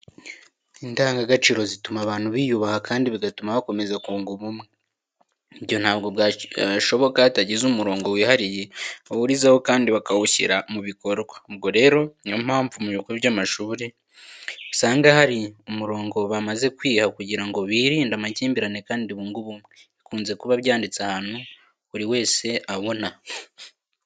Indangaciro zituma abantu biyubaha kandi bigatuma bakomeza kunga ubumwe. Ibyo ntabwo byashoboka hatagize umurongo wihariye bahurizaho kandi bakawushyira mu bikorwa. Ubwo rero niyo mpamvu mu bigo by'amashuri usanga hari umurongo bamaze kwiha kugira ngo birinde amakimbirane kandi bunge ubumwe, bikunze kuba byanditse ahantu buri wese abona.